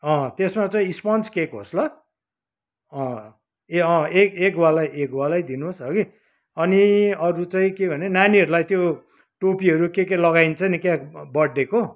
अँ त्यसमा चाहिँ स्पन्ज केक होस् ल अँ ए अँ एगवालै एगवालै दिनुहोस् हगि अनि अरू चाहिँ के भने नानीहरूलाई त्यो टोपीहरू के के लगाइन्छ नि क्या बर्थडेको